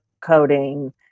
coding